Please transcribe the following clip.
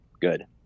good